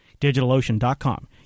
DigitalOcean.com